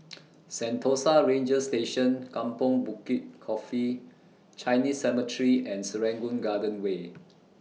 Sentosa Ranger Station Kampong Bukit Coffee Chinese Cemetery and Serangoon Garden Way